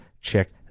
check